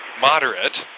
moderate